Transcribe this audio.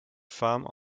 femmes